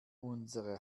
unsere